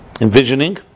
envisioning